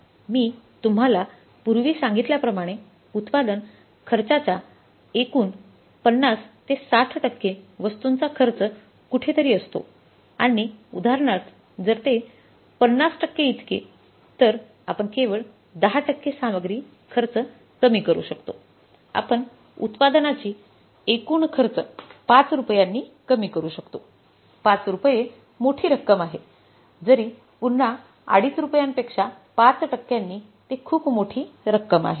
मी तुम्हाला पूर्वी सांगितल्याप्रमाणे उत्पादन खर्चाच्या एकूण 50 ते 60 टक्के वस्तूंचा खर्च कुठेतरी असतो आणि उदाहरणार्थ जर ते 50 टक्के इतके तर आपण केवळ 10 टक्के सामग्री खर्च कमी करू शकतो आपण उत्पादनाची एकूण खर्च 5 रुपयांनी कमी करू शकतो५ रुपय मोठी रक्कम आहेजरी पुन्हा अडीच रुपयांपेक्षा पाच टक्क्यांनी ते खूप मोठी रक्कम आहे